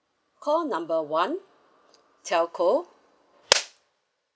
call number one telco